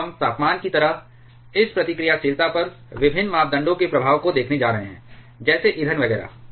अब हम तापमान की तरह इस प्रतिक्रियाशीलता पर विभिन्न मापदंडों के प्रभाव को देखने जा रहे हैं जैसे ईंधन वगैरह